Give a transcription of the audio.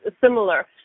similar